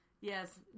Yes